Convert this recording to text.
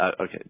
okay